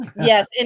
Yes